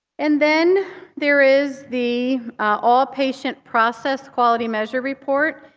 and then there is the all patient process quality measure report.